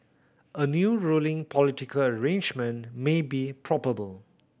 a new ruling political arrangement may be probable